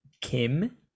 Kim